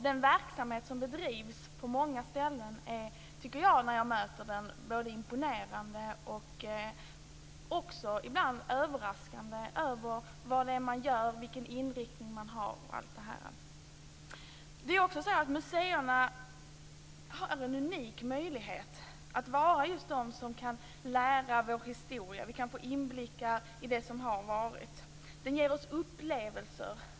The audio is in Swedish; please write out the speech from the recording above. Den verksamhet som bedrivs på många ställen är, tycker jag när jag möter den, både imponerande och också ibland överraskande när det t.ex. gäller vad man gör och vilken inriktning man har. Det är också så att museerna har en unik möjlighet att lära ut vår historia. Vi kan få inblickar i det som har varit. De ger oss upplevelser.